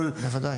בוודאי.